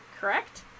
correct